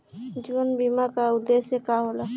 जीवन बीमा का उदेस्य का होला?